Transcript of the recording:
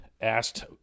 asked